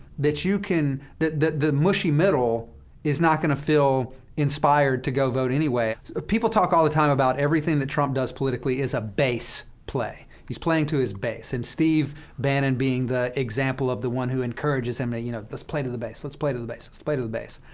that you can that the the mushy middle is not going to feel inspired to go vote anyway, people talk all the time about everything that trump does politically is a base play, he's playing to his base, and steve bannon being the example of the one who encourages him to, you know, let's play to the base let's play to the base let's play to the base.